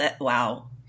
Wow